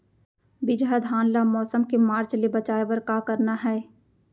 बिजहा धान ला मौसम के मार्च ले बचाए बर का करना है?